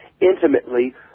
intimately